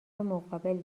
مقابل